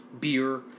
beer